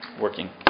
working